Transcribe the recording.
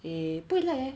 eh 不会 lag eh